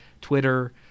Twitter